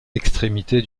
extrémité